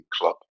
club